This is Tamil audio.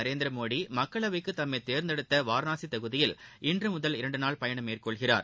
நரேந்திரமோடி மக்களவைக்கு தம்மைத் தேர்ந்தெடுத்த வாரனாசி தொகுதியில் இன்று முதல் இரண்டு நாள் பயணம் மேற்கொள்கிறார்